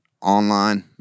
online